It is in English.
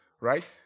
right